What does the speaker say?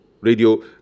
radio